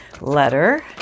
letter